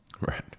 Right